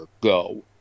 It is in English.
go